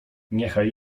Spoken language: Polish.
niechaj